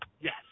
yes